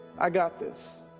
i got this